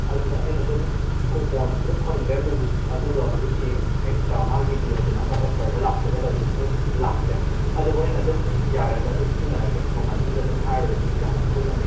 ꯑꯗꯨꯗ ꯑꯩꯅ ꯑꯗꯨꯝ ꯀꯨꯄꯣꯟꯁꯤꯁꯨ ꯐꯪꯗ꯭ꯔꯦ ꯑꯗꯨꯕꯨ ꯑꯗꯨꯒ ꯍꯨꯖꯤꯛꯀꯤ ꯑꯦꯛꯁꯇ꯭ꯔꯥ ꯃꯥꯒꯤ ꯗꯤꯑꯣꯗ꯭ꯔꯦꯟ ꯑꯃ ꯑꯣꯐꯔꯗ ꯂꯥꯛꯆꯒꯗꯕꯗꯨꯁꯨ ꯂꯥꯛꯇ꯭ꯔꯦ ꯑꯗꯨꯕꯨ ꯑꯩꯅ ꯑꯗꯨꯝ ꯌꯥꯔꯦꯗ ꯑꯗꯨꯝ ꯁꯤꯖꯤꯟꯅꯔꯒꯦ ꯃꯃꯜꯁꯤꯒ ꯑꯗꯨꯝ ꯍꯥꯏꯔꯨꯔꯗꯤ ꯀꯥꯏꯅ ꯈꯜꯂꯝꯃꯦ